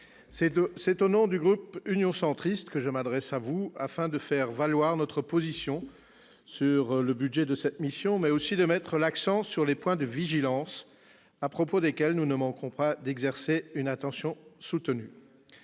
c'est au nom du groupe Union Centriste que je m'adresse à vous afin de faire valoir notre position sur le budget de cette mission, mais aussi de mettre l'accent sur les points de vigilance à propos desquels nous ne manquerons pas d'exercer une attention soutenue.